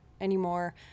anymore